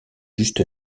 juste